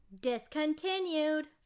Discontinued